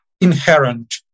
inherent